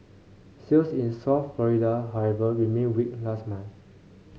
sales in South Florida however remained weak last month